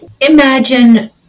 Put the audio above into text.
imagine